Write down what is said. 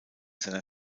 seiner